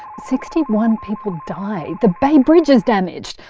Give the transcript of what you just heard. sixty one people die, the bay bridge is damaged,